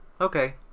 Okay